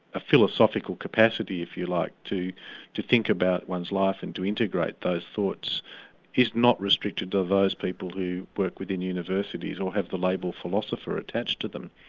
a philosophical capacity, if you like, to to think about one's life and to integrate those thoughts is not restricted to those people who work within universities or have the label philosopher attached to them.